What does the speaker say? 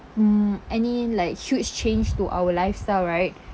mm any like huge change to our lifestyle right